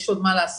יש עוד מה לעשות,